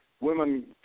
women